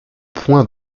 point